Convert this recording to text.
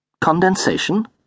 Condensation